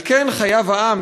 על כן חייב העם,